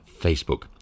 Facebook